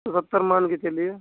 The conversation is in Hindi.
सत्तर मानकर चलिए